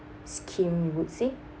scheme would say